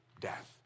death